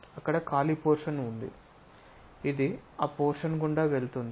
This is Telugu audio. అక్కడ ఖాళీ పోర్షన్ ఉంది ఇది ఆ పోర్షన్ గుండా వెళుతుంది